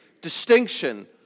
distinction